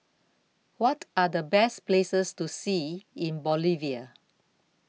What Are The Best Places to See in Bolivia